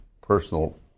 personal